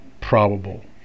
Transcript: probable